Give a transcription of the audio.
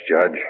Judge